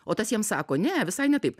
o tas jam sako ne visai ne taip